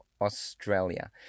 Australia